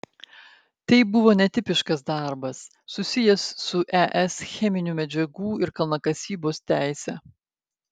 tai buvo netipiškas darbas susijęs su es cheminių medžiagų ir kalnakasybos teise